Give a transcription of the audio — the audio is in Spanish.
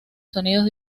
sonidos